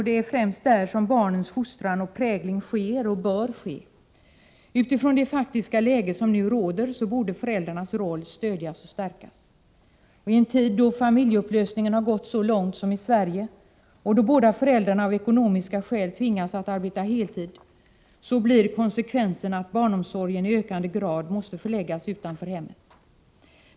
Det är främst där som barnens fostran och prägling sker och bör ske. Utifrån det faktiska läge som nu råder borde föräldrarnas roll stödjas och stärkas. I en tid då familjeupplösningen har gått så långt som i Sverige, då båda föräldrarna av ekonomiska skäl tvingas att arbeta heltid, blir konsekvensen att barnomsorgen i ökande grad måste förläggas utanför hemmet.